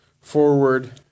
forward